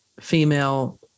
female